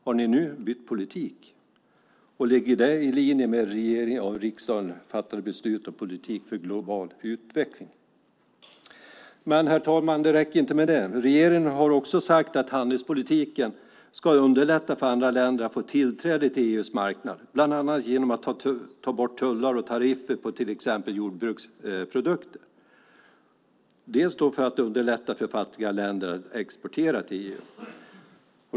Har ni nu bytt politik? Ligger det i linje med det av riksdagen fattade beslutet om politik för global utveckling? Men, herr talman, det räcker inte med detta. Regeringen har också sagt att handelspolitiken ska underlätta för andra länder att få tillträde till EU:s marknad, bland annat genom att ta bort tullar och tariffer på till exempel jordbruksprodukter. Det ska bland annat vara för att underlätta för fattiga länder att exportera till EU.